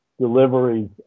deliveries